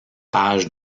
pages